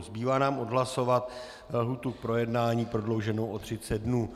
Zbývá nám odhlasovat lhůtu k projednání prodlouženou o 30 dnů.